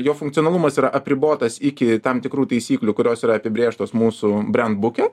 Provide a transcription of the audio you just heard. jo funkcionalumas yra apribotas iki tam tikrų taisyklių kurios yra apibrėžtos mūsų brendbuke